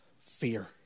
fear